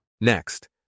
Next